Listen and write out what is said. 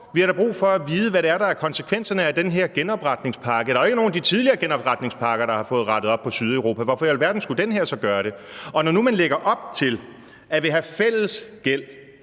Vi har da brug for at vide, hvad der er konsekvenserne af den her genopretningspakke. Der er jo ikke nogen af de tidligere genopretningspakker, der har fået rettet op på Sydeuropa, så hvorfor i alverden skulle den her gøre det? Når nu man lægger op til at ville have fælles gæld,